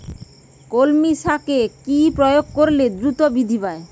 কলমি শাকে কি প্রয়োগ করলে দ্রুত বৃদ্ধি পায়?